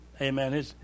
Amen